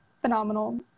phenomenal